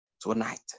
tonight